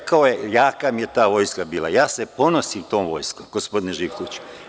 Rekao je: „Jaka vam je ta vojska bila.“ Ja se ponosim tom vojskom, gospodine Živkoviću.